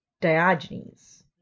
Diogenes